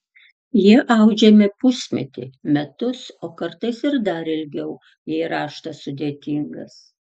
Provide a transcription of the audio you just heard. jie audžiami pusmetį metus o kartais ir dar ilgiau jei raštas sudėtingas